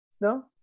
No